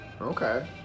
okay